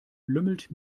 lümmelt